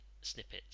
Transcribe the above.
snippets